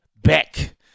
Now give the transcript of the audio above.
back